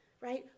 right